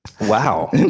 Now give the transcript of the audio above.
Wow